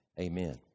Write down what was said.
Amen